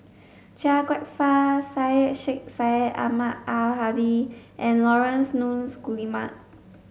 Chia Kwek Fah Syed Sheikh Syed Ahmad Al Hadi and Laurence Nunns Guillemard